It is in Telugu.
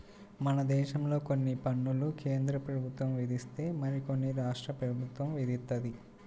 మనదేశంలో కొన్ని పన్నులు కేంద్రప్రభుత్వం విధిస్తే మరికొన్ని రాష్ట్ర ప్రభుత్వం విధిత్తది